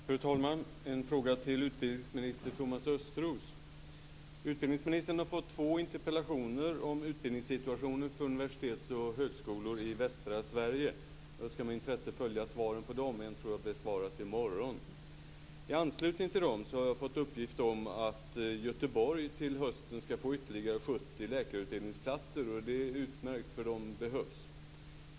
Fru talman! Jag har en fråga till utbildningsminister Thomas Östros. Utbildningsministern har fått två interpellationer om utbildningssituationen för universitet och högskolor i västra Sverige. Jag skall med intresse följa svaren på dem, en tror jag besvaras i morgon. I anslutning till dem har jag fått uppgift om att Göteborg till hösten skall få ytterligare 70 läkarutbildningsplatser. Det är utmärkt, för de behövs.